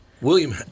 William